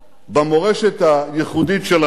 במורשת הייחודית של עמנו.